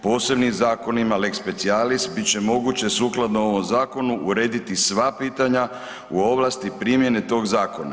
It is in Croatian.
Posebnim zakonima lex specialis bit će moguće sukladno ovom zakonu urediti sva pitanja u ovlasti primjene tog zakona.